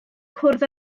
cwrdd